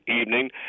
evening